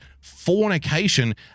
fornication